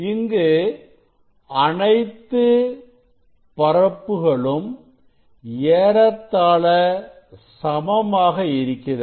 இங்கு அனைத்து பரப்புகளும் ஏறத்தாள சமமாக இருக்கிறது